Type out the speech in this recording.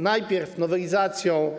Najpierw nowelizacją